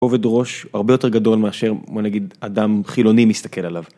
כובד ראש הרבה יותר גדול מאשר בוא נגיד אדם חילוני מסתכל עליו.